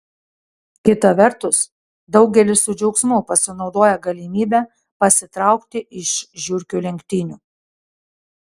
kita vertus daugelis su džiaugsmu pasinaudoja galimybe pasitraukti iš žiurkių lenktynių